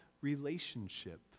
relationship